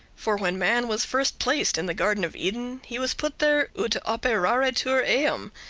for when man was first placed in the garden of eden, he was put there ut operaretur eum,